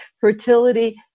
Fertility